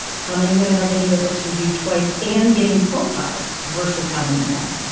how many women are getting their books reviewed twice and getting profiled versus how many men.